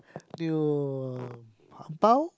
new uh ang bao